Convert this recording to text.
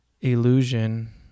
illusion